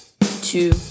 two